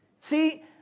See